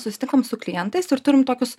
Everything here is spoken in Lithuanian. susitikom su klientais ir turim tokius